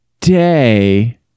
day